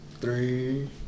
three